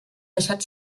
deixat